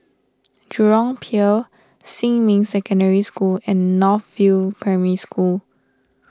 Jurong Pier Xinmin Secondary School and North View Primary School